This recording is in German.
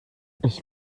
ich